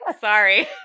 Sorry